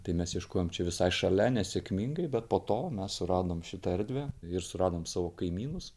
tai mes ieškojom čia visai šalia nesėkmingai bet po to mes suradom šitą erdvę ir suradom savo kaimynus